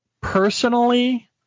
personally